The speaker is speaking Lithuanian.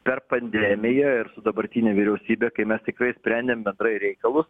per pandemiją ir su dabartine vyriausybe kai mes tikrai sprendėm bendrai reikalus